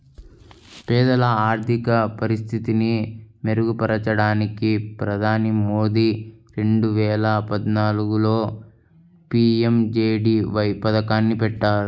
పేదల ఆర్థిక పరిస్థితిని మెరుగుపరచడానికి ప్రధాని మోదీ రెండు వేల పద్నాలుగులో పీ.ఎం.జే.డీ.వై పథకాన్ని పెట్టారు